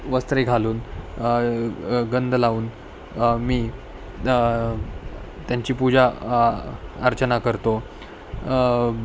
वस्त्रे घालून गंध लावून मी त्यांची पूजा अर्चना करतो